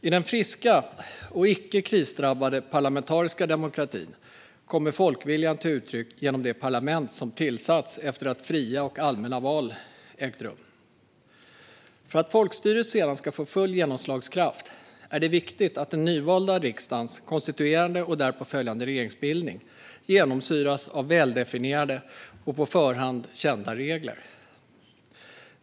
I den friska och icke krisdrabbade parlamentariska demokratin kommer folkviljan till uttryck genom det parlament som tillsatts efter att fria och allmänna val ägt rum. För att folkstyret sedan ska få full genomslagskraft är det viktigt att den nyvalda riksdagens konstituerande och därpå följande regeringsbildning genomsyras av väldefinierade och på förhand kända regler.